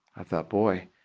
i thought, boy,